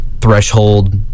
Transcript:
threshold